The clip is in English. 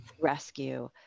rescue